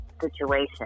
situation